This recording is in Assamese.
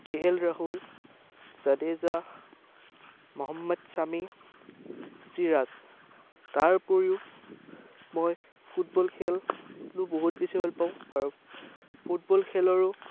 কে এল ৰাহুল জাদেজা মহম্মদ ছামি ছিৰাজ তাৰ উপৰিও মই ফুটবল খেলো বহুত বেছি ভালপাওঁ আৰু ফুটবল খেলৰো